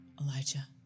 Elijah